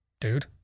dude